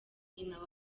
nyina